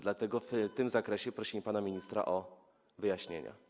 Dlatego w tym zakresie prosimy pana ministra o wyjaśnienia.